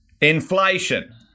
inflation